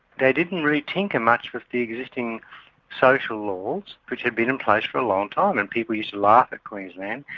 they didn't really tinker much with the existing social laws, which had been in place for a long time, and people used to laugh at queensland,